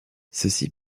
ceci